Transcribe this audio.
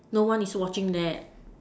no one is watching that